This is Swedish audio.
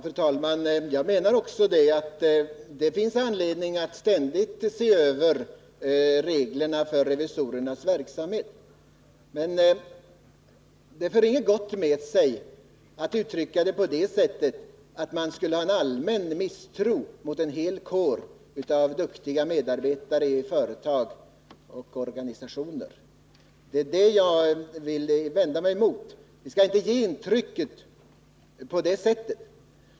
Fru talman! Även jag menar att det finns anledning att ständigt se över reglerna för revisorernas verksamhet. Men det för inget gott med sig att uttrycka detta så, att man ger intrycket att vi skulle hysa en allmän misstro mot en hel kår av duktiga medarbetare i företag och organisationer. Det är det som jag vill vända mig mot. Vi skall inte ge ett sådant intryck.